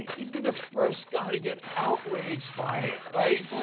he'd be the first guy to get outraged by it, right?